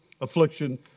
affliction